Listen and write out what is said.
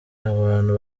abantu